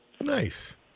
Nice